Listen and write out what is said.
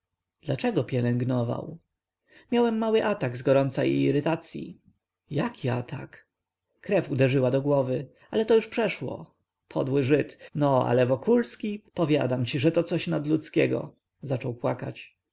dlaczego pielęgnował miałem mały atak z gorąca i irytacyi jaki atak krew uderzyła do głowy ale to już przeszło podły żyd no ale wokulski powiadam ci że to coś nadludzkiego zaczął płakać